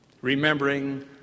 remembering